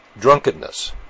Drunkenness